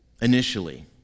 Initially